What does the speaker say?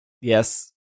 Yes